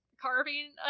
carving